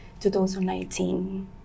2019